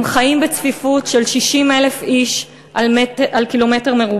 הם חיים בצפיפות של 60,000 איש על קמ"ר,